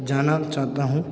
जाना चाहता हूँ